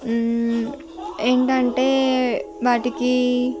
ఏంటంటే వాటికి